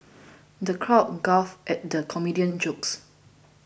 the crowd guffawed at the comedian's jokes